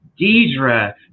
Deidre